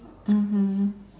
mmhmm